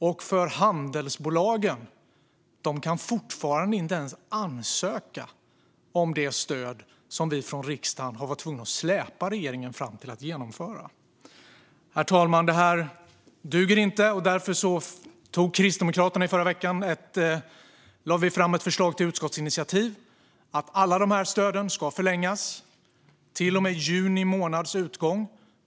Och handelsbolagen kan fortfarande inte ens ansöka om det stöd som vi i riksdagen har varit tvungna att släpa regeringen fram till att genomföra. Herr talman! Detta duger inte. Därför lade Kristdemokraterna i förra veckan fram ett förslag om ett utskottsinitiativ som innebär att alla dessa stöd ska förlängas på nuvarande stödnivåer till och med juni månads utgång.